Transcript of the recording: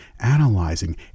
analyzing